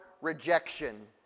rejection